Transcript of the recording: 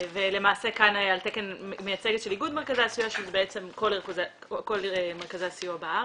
למעשה כאן על תקן מייצגת של איגוד מרכזי הסיוע שזה כל מרכזי הסיוע בארץ.